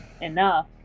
enough